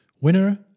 Winner